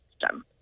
system